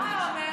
מה הוא היה אומר?